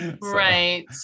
right